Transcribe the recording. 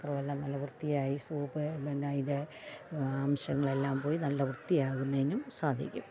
പാത്രമെല്ലാം നല്ല വൃത്തിയായി സോപ്പ് പിന്നെ ഇത് അംശങ്ങളെല്ലാം പോയി നല്ല വൃത്തി ആകുന്നതിനും സാധിക്കും